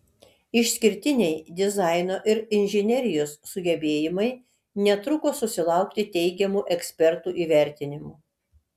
išskirtiniai dizaino ir inžinerijos sugebėjimai netruko susilaukti teigiamų ekspertų įvertinimų